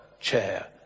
chair